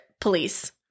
police